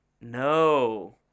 No